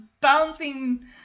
bouncing